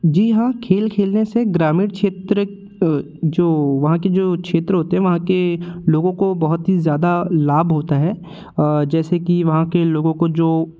जी हाँ खेल खेलने से ग्रामीण क्षेत्र जो वहाँ के जो क्षेत्र होते हैं वहाँ के लोगों को बहुत ही ज़्यादा लाभ होता है जैसे कि वहाँ के लोगों को जो